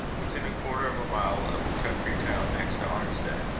within a quarter of a mile of the country town next to arnstead,